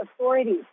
authorities